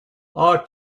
are